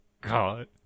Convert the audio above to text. god